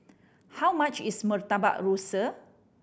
how much is Murtabak Rusa